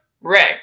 ray